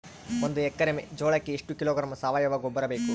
ಒಂದು ಎಕ್ಕರೆ ಜೋಳಕ್ಕೆ ಎಷ್ಟು ಕಿಲೋಗ್ರಾಂ ಸಾವಯುವ ಗೊಬ್ಬರ ಬೇಕು?